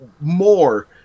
more